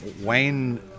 Wayne